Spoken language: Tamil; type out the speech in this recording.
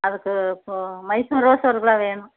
அதுக்கு இப்போ மைசூர் ரோஸு ஒரு ஒரு கிலோ வேணும்